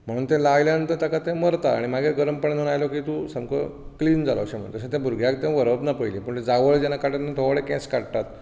म्हणून तें लायल्या नंतर ताका तें मरता आनी मागीर गरम पाण्यान न्हालो की तूं सामको क्लीन जालो अशें ते भुरग्याक थंय व्हरप ना पयलीं पूण जावळ जेन्ना काडटा तेन्ना थोडे केंस काडटात